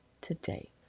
today